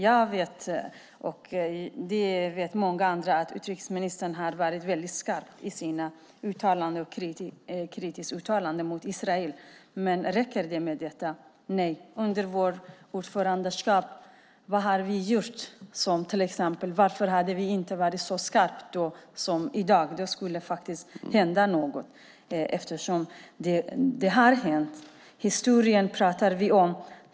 Jag och många andra vet att utrikesministern har varit väldigt skarp i sina uttalanden och sin kritik mot Israel, men räcker det? Nej. Vad gjorde vi under vårt ordförandeskap? Varför var vi då inte så skarpa som vi är i dag? Då skulle någonting ha kunnat hända. Vi talar om historien.